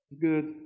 Good